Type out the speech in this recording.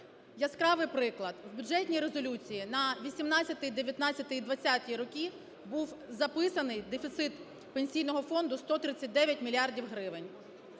Яскравий приклад. В бюджетний резолюції на 18-й, 19-й і 20-й роки був записаний дефіцит Пенсійного фонду 139 мільярдів